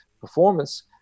performance